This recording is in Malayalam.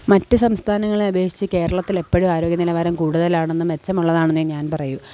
മറ്റു സംസ്ഥാനങ്ങളെ അപേക്ഷിച്ച് കേരളത്തിലെപ്പോഴും ആരോഗ്യ നിലവാരം കൂടുതലാണെന്നും മെച്ചമുള്ളതാണെന്നേ ഞാൻ പറയു